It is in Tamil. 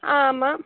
ஆ ஆமாம்